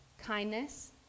kindness